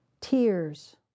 Tears